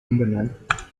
umbenannt